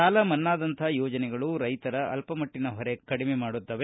ಸಾಲಮನ್ನದಂಥ ಯೋಜನೆಗಳು ರೈತರ ಅಲ್ಪಮಟ್ಟನ ಹೊರೆ ಕಡಿಮೆ ಮಾಡಿದೆ